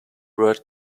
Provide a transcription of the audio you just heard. word